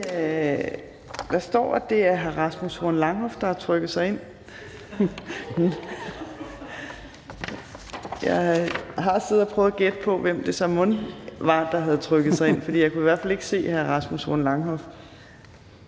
Der står, at hr. Rasmus Horn Langhoff har trykket sig ind, og jeg har siddet og prøvet at gætte på, hvem det så mon er, der har trykket sig ind, for jeg kan i hvert fald ikke se hr. Rasmus Horn Langhoff.